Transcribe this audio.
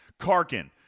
Karkin